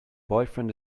boyfriend